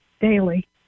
daily